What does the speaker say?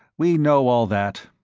we know all that.